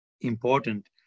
important